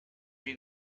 she